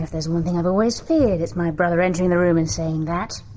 there's one thing i've always feared it's my brother entering the room and saying that.